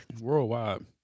Worldwide